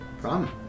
problem